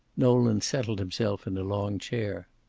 nolan settled himself in a long chair.